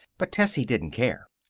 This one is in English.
but tessie didn't care.